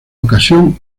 ocasión